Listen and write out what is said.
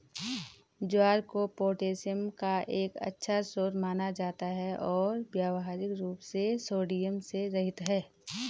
ज्वार को पोटेशियम का एक अच्छा स्रोत माना जाता है और व्यावहारिक रूप से सोडियम से रहित है